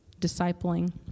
discipling